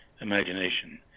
imagination